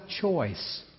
choice